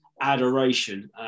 adoration